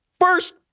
first